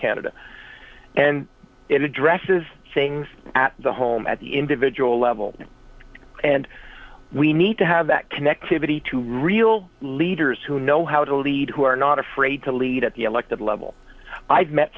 canada and it addresses things at the home at the individual level and we need to have that connectivity to real leaders who know how to lead who are not afraid to lead at the elected level i've met